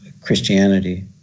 christianity